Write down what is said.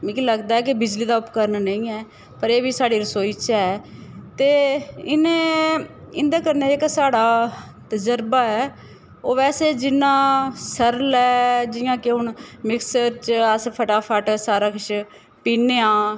मिगी लगदा ऐ कि बिजली दा उपकरण नेईं ऐ पर एह् बी साढ़ी रसोई च ऐ ते इ'नें इं'दे कन्नै जेह्का साढ़ा तजरबा ऐ ओह् वैसे जिन्ना सरल ऐ जियां कि हून मिक्सर च अस फटाफट सारा किश पीह्ने आं